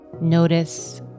Notice